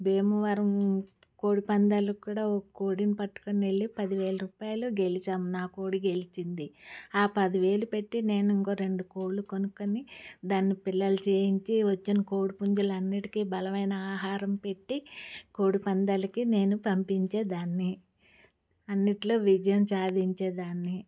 భీమవరం కోడి పందాలక్కూడా ఓ కోడిని పట్టుకొని వెళ్లి పదివేల రూపాయలు గెలిచాం నా కోడి గెలిచింది ఆ పది వేలు పెట్టి నేనింకో రెండు కోళ్ళు కొనుక్కొని దాన్ని పిల్లలు చేయించి వచ్చిన కోడిపుంజులన్నిటికీ బలమైన ఆహారం పెట్టి కోడిపందాలకు నేను పంపించేదాన్ని అన్నిట్లో విజయం సాధించేదాన్ని